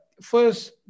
first